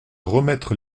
remettre